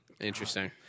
Interesting